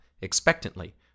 expectantly